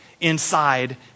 inside